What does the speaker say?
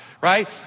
right